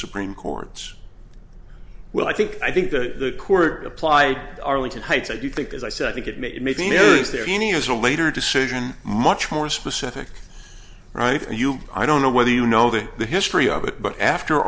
supreme court's well i think i think the court apply arlington heights i do think as i said i think it may make the news there any is a later decision much more specific right for you i don't know whether you know that the history of it but after